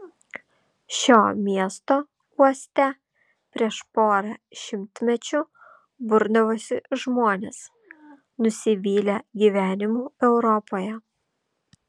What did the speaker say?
šio miesto uoste prieš porą šimtmečių burdavosi žmonės nusivylę gyvenimu europoje